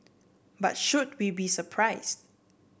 but should we be surprise